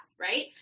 right